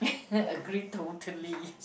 agreed totally